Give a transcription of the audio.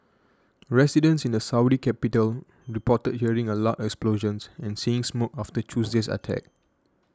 residents in the Saudi capital reported hearing a loud explosions and seeing smoke after Tuesday's attack